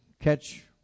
catch